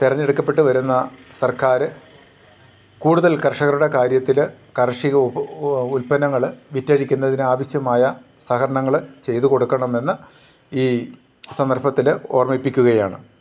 തിരഞ്ഞെടുക്കപ്പെട്ടു വരുന്ന സർക്കാർ കൂടുതൽ കർഷകരുടെ കാര്യത്തിൽ കാർഷിക ഉത്പന്നങ്ങൾ വിറ്റഴിക്കുന്നതിനാവശ്യമായ സഹകരണങ്ങൾ ചെയ്ത് കൊടുക്കണമെന്ന് ഈ സന്ദർഭത്തിൽ ഓർമ്മിപ്പിക്കുകയാണ്